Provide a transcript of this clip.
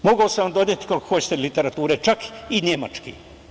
Mogao sam vam doneti koliko hoćete literature, čak i nemačke.